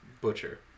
butcher